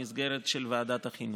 במסגרת ועדת החינוך.